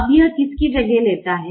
अब यह किसकी जगह लेता है